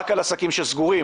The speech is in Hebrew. רק על העסקים הסגורים.